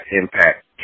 impact